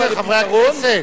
מה זה, חברי הכנסת?